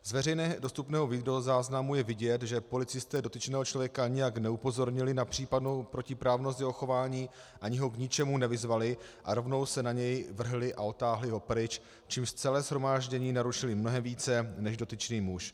Z veřejně dostupného videozáznamu je vidět, že policisté dotyčného člověka nijak neupozornili na případnou protiprávnost jeho chování ani ho k ničemu nevyzvali a rovnou se na něj vrhli a odtáhli ho pryč, čímž celé shromáždění narušili mnohem více než dotyčný muž.